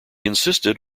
insisted